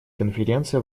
конференции